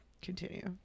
continue